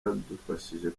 badufashije